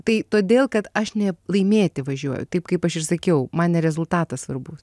tai todėl kad aš ne laimėti važiuoju taip kaip aš ir sakiau man ne rezultatas svarbus